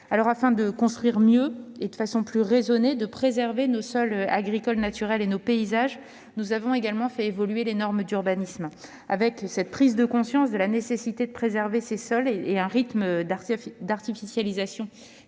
Afin de construire mieux et de façon plus raisonnée, de préserver nos sols agricoles, nos espaces naturels et nos paysages, nous avons fait évoluer les normes d'urbanisme. Malgré la prise de conscience de la nécessité de préserver ces sols, le rythme d'artificialisation